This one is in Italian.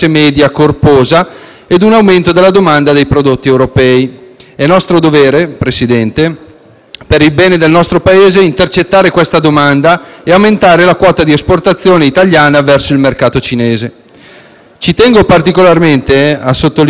per il bene del nostro Paese, intercettare questa domanda e aumentare la quota di esportazione italiana verso il mercato cinese. Ci tengo particolarmente a sottolineare, signor Presidente, che l'Italia esporta in Cina prodotti e beni per 13 miliardi di